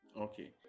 Okay